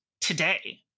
today